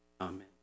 Amen